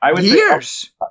Years